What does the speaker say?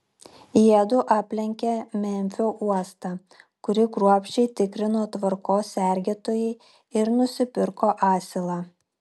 jiedu aplenkė memfio uostą kurį kruopščiai tikrino tvarkos sergėtojai ir nusipirko asilą